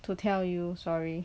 to tell you sorry